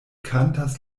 kantas